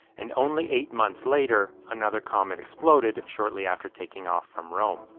and only eight months later, another comet exploded shortly after taking off from rome.